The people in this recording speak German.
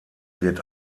wird